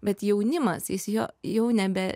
bet jaunimas jis jo jau nebe